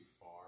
far